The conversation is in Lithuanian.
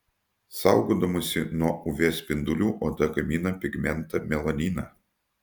saugodamasi nuo uv spindulių oda gamina pigmentą melaniną